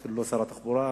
אפילו לא שר התחבורה.